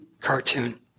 cartoon